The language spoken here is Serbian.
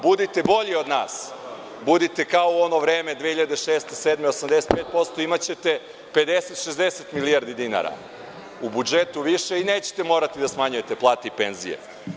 Budite bolji od nas, budite kao u ono vreme 2006-2007. godine 85%, imaćete 50, 60 milijardi dinara u budžetu više i nećete morati da smanjujete plate i penzije.